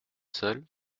seul